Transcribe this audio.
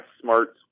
smart